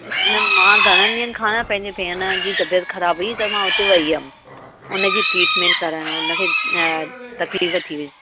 न मां घणण ॾींहंनि खां न पंहिंजे भेण जी तबियतु ख़राबु हुई त मां हुते वई हुयमि हुनजी ट्रीटमैंट कराइणो हो हुनखे तकलीफ़ थी हुअसि